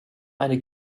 eine